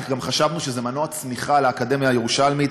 כי גם חשבנו שזה מנוע צמיחה לאקדמית הירושלמית.